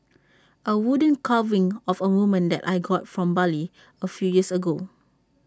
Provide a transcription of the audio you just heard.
A wooden carving of A woman that I got from Bali A few years ago